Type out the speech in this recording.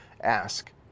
ask